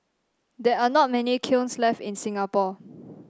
there are not many kilns left in Singapore